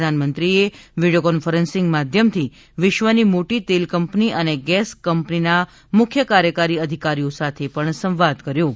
પ્રધાનમંત્રીએ video conferencing માધ્યમથી વિશ્વની મોટી તેલ કંપની અને ગેસ કંપનીના મુખ્ય કાર્યકારી અધિકારીઓ સાથે સંવાદ કર્યો હતો